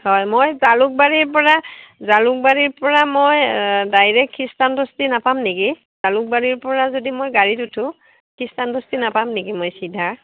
হয় মই জালুকবাৰীৰপৰা জালুকবাৰীৰপৰা মই ডাইৰেক্ট খ্ৰীষ্টানবস্তি নাপাম নেকি জালুকবাৰীৰপৰা যদি মই গাড়ীত উঠো খ্ৰীষ্টানবস্তি নাপাম নেকি মই চিধা